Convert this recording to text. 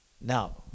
Now